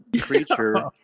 creature